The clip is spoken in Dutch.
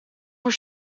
voor